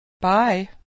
Bye